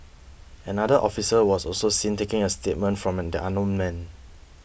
another officer was also seen taking a statement from the unknown man